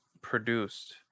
produced